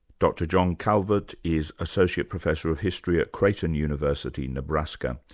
dr john calvert is associate professor of history at creyton university, nebraska.